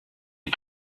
you